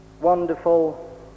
wonderful